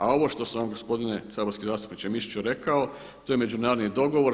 A ovo što sam gospodine saborski zastupniče Mišiću rekao to je međunarodni dogovor.